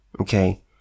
okay